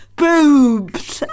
boobs